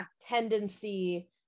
tendency